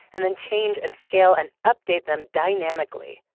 and then change, and scale, and update them dynamically,